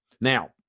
Now